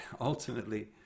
ultimately